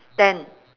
ten